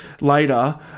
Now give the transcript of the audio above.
later